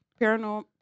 paranormal